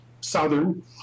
Southern